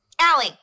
Allie